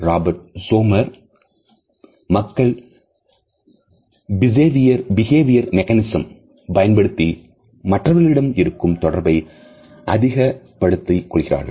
Roberts Sommer மக்கள் behaviour mechanism பயன்படுத்தி மற்றவர்களிடம் இருக்கும் தொடர்பை அதிகப் படுத்திக் கொள்கிறார்கள்